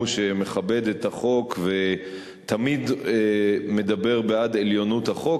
מכבד את החוק ותמיד מדבר בעד עליונות החוק,